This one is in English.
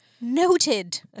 Noted